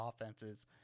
offenses